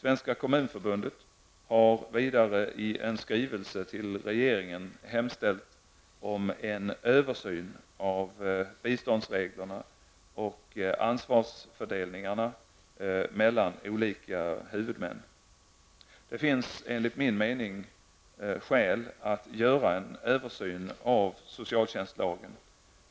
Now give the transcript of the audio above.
Svenska kommunförbundet har vidare i en skrivelse till regeringen hemställt om en översyn av biståndsreglerna och ansvarsförhållandena mellan olika huvudmän. Det finns enligt min mening skäl att göra en översyn av socialtjänstlagen,